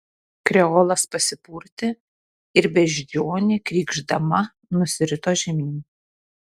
kreolas pasipurtė ir beždžionė krykšdama nusirito žemyn